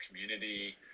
community